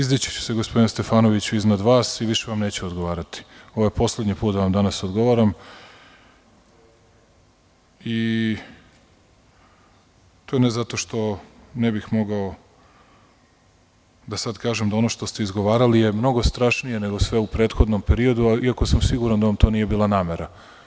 Izdićiću se gospodine Stefanoviću iznad vas i više vam neću odgovarati, ovo je poslednji put da vam danas odgovaram i to ne zato što ne bih mogao da sad kažem da ono što ste izgovarali je mnogo strašnije nego sve u prethodnom periodu, iako sam siguran da vam to nije bila namera.